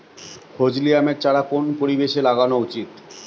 ফজলি আমের চারা কোন পরিবেশে লাগানো উচিৎ?